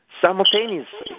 simultaneously